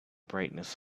brightness